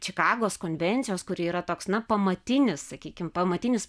čikagos konvencijos kuri yra toks na pamatinis sakykim pamatinis